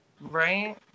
Right